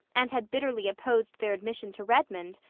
and had bitterly opposed their admission to redmond,